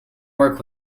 work